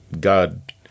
God